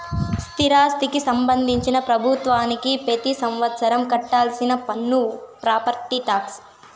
స్థిరాస్తికి సంబంధించి ప్రభుత్వానికి పెతి సంవత్సరం కట్టాల్సిన పన్ను ప్రాపర్టీ టాక్స్